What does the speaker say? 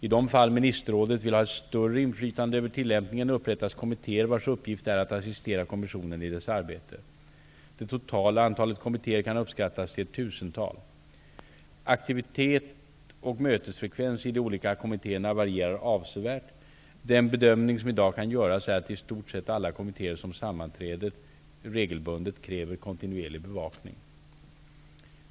I de fall ministerrådet vill ha ett större inflytande över tillämpningen upprättas kommittéer, vilkas uppgift är att assistera kommissionen i dess arbete. Det totala antalet kommittéer kan uppskattas till ett tusental. Aktivitet och mötesfrekvens i de olika kommittéerna varierar avsevärt. Den bedömning som i dag kan göras är att i stort sett alla kommittéer som sammanträder regelbundet kräver kontinuerlig bevakning.